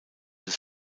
des